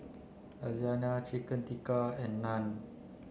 Lasagne Chicken Tikka and Naan